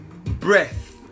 breath